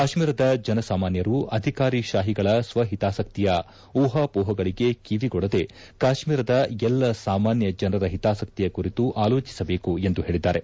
ಕಾಶ್ಮೀರದ ಜನಸಾಮಾನ್ಯರು ಅಧಿಕಾರಿಶಾಹಿಗಳ ಸ್ವಹತಾಸಕ್ತಿಯ ಉಪಾಮೋಪಗಳಿಗೆ ಕಿವಿಗೊಡದೆ ಕಾಶ್ಮೀರದ ಎಲ್ಲ ಸಾಮಾನ್ಯ ಜನರ ಹಿತಾಸಕ್ತಿಯ ಕುರಿತು ಆಲೋಚಿಸಬೇಕು ಎಂದು ಪೇಳಿದ್ದಾರೆ